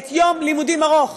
את יום לימודים ארוך.